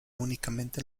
únicamente